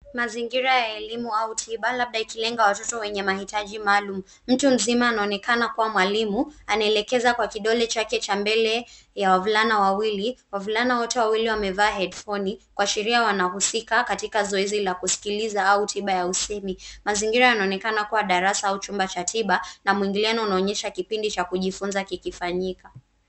Mazingira ya elimu au tiba, labda ikilenga watoto wenye mahitaji maalum. Mtu mzima anaonekana kuwa mwalimu anaelekeza kwa kidole chake cha mbele ya wavulana wawili. Wavulana wote wawili wamevaa hedifoni kuashiria wanahusika katika zoezi la kusikiliza au tiba ya usemi. Mazingira yanaonekana kuwa darasa au chumba cha tiba na mwingiliano unaonyesha kipindi cha kujifunza kikifanyika.